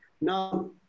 Now